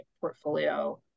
portfolio